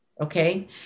Okay